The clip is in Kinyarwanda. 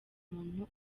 umuntu